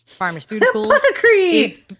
pharmaceuticals